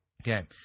Okay